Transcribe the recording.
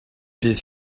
bydd